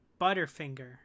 Butterfinger